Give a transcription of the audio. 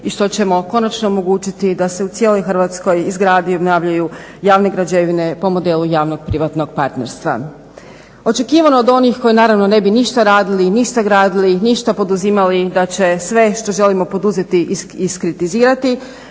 i što ćemo konačno omogućiti da se u cijeloj Hrvatskoj izgrade i obnavljaju javne građevine po modelu javno-privatnog partnerstva. Očekivano od onih koji naravno ne bi ništa radili i ništa gradili i ništa poduzimali, da će sve što želimo poduzeti iskritizirati,